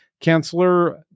Counselor